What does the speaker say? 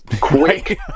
quick